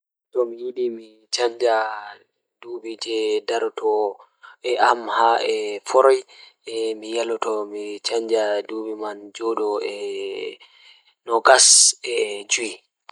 Tomi yidi mi canja So tawii miɗo waawi waɗtude kala dowru ngal ngam waɗa nder nduɗɗude ndiyan ngal, mi waɗataa waɗtude dowru goɗɗum e ɓundu 30-35. Ko nde ɗuuɗi moƴƴere o waɗa ɗaɓɓude ngam nguurndam njomdirde, kono heɓaali fii heewondirde fowru ɗum waɗi ɗofngo. Miɗo waɗataa njilli ngal dowru nde miɗo waɗata heɓde nguurndam fowru tan e njulde.